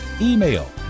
email